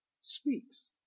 speaks